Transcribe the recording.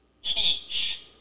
teach